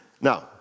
Now